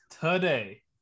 Today